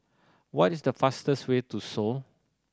what is the fastest way to Seoul